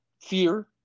fear